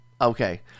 okay